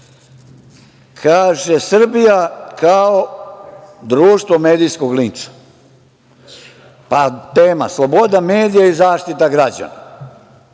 teme: „Srbija kao društvo medijskog linča“, pa, tema „Sloboda medija i zaštita građana“,